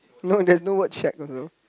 no there is no word shack also